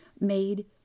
made